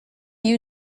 you